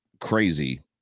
crazy